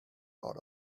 out